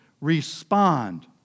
Respond